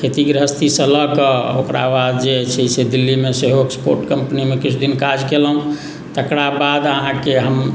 खेती गृहस्थीसँ लकऽ ओकरा बाद जे छै से दिल्लीमे सेहो एक्सपोर्ट कम्पनीमे किछु दिन काज केलहुँ तकरा बाद अहाँके हम